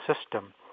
system